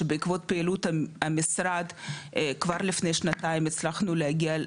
שבעכבות פעילות המשרד כבר לפני שנתיים הצלחנו להגיע,